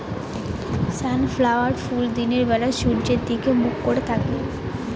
sunflower ফুল দিনের বেলা সূর্যের দিকে মুখ করে থাকে